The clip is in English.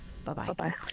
Bye-bye